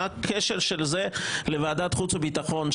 מה הקשר של זה לוועדת חוץ וביטחון?